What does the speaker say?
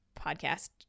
podcast